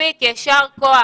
יישר כוח.